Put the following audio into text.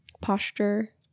posture